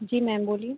जी ma'am बोलिए